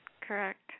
correct